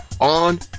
on